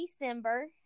December